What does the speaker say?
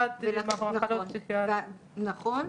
נכון,